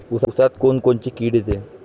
ऊसात कोनकोनची किड येते?